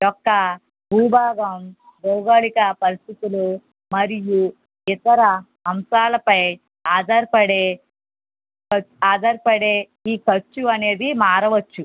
యొక్క భూభాగం భౌగోళిక పరిస్థితులు మరియు ఇతర అంశాలపై ఆధారపడే ఆధారపడే ఈ ఖర్చు అనేది మారవచ్చు